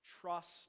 Trust